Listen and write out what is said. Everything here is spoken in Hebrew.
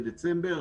בדצמבר.